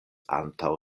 antaŭ